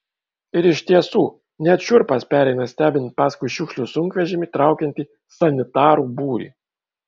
ir iš tiesų net šiurpas pereina stebint paskui šiukšlių sunkvežimį traukiantį sanitarų būrį